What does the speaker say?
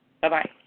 Bye-bye